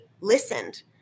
listened